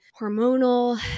hormonal